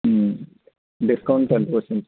discount ఎంతకి వస్తుంది